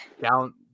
down